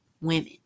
women